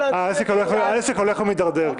העסק הולך ומדרדר.